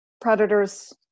predators